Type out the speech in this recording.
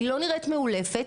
היא לא נראת מעולפת,